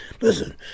listen